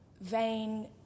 vain